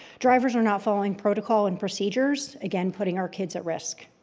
drivers are not following protocol and procedures, again, putting our kids at risk.